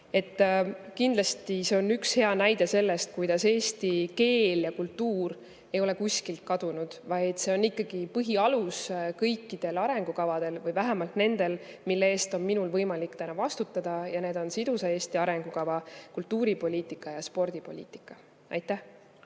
Kindlasti see on üks hea näide sellest, kuidas eesti keel ja kultuur ei ole kuskile kadunud, vaid see on ikkagi põhialus kõikidel arengukavadel või vähemalt nendel, mille eest on minul võimalik täna vastutada. Need on sidusa Eesti arengukava, kultuuripoliitika ja spordipoliitika. Nüüd